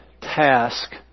task